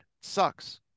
sucks